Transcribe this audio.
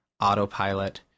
autopilot